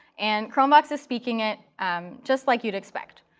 and chromevox is speaking it um just like you'd expect.